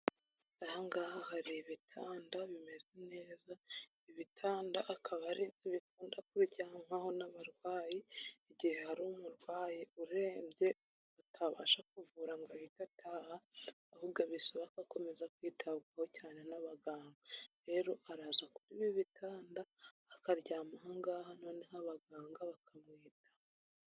Aha ngaha hari ibitanda bimeze neza, ibitanda akaba ari ibikunda kuryamwaho n'abarwayi, igihe hari umurwayi urembye utabasha kuvura ngo ahite ataha, ahubwo bisaba ko akomeza kwitabwaho cyane n'abaganga, rero araza kuri ibi bitanda akaryama aha ngaha noneho abaganga bakamwitaho.